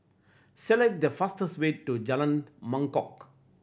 select the fastest way to Jalan Mangkok